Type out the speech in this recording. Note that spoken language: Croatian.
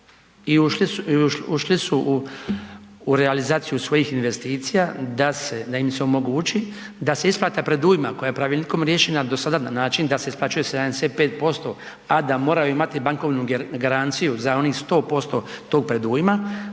i ušli su u realizaciju svojih investicija, da im se omogući da se isplata predujma koja je pravilnikom riješena, do sada na način da se isplaćuje 75% a da moraju imati bankovnu garanciju za onih 100% tog predujma,